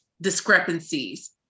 discrepancies